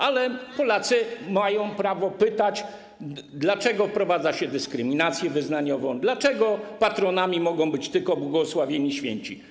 Ale Polacy mają prawo pytać, dlaczego wprowadza się dyskryminację wyznaniową, dlaczego patronami mogą być tylko błogosławieni, święci.